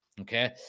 okay